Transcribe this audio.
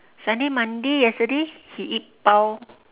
sunday monday yesterday he eat bao